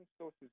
sources